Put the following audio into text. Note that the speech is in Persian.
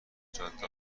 جاده